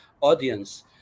audience